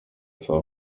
saa